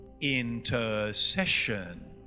intercession